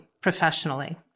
professionally